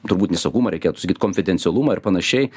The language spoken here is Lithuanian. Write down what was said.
turbūt ne saugumą reikėtų sakyt konfidencialumą ir panašiai